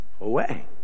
Away